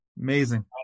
Amazing